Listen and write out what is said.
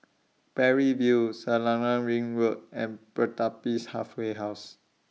Parry View Selarang Ring Road and Pertapis Halfway House